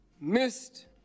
missed